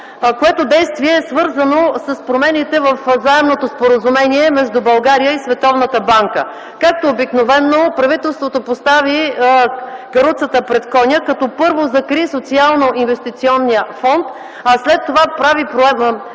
което действие е свързано с промените във Заемното споразумение между България и Световната банка. Както обикновено правителството постави каруцата пред коня като, първо, закри Социално инвестиционния фонд, а след това прави промени